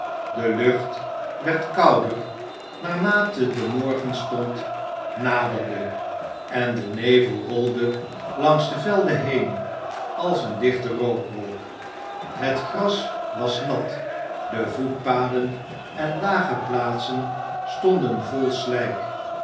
de lucht werd kouder naarmate de morgenstond naderde en de nevel rolde langs de velden heen als een dichte rookwolk het gras was nat de voetpaden en lage plaatsen stonden vol slijk